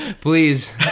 Please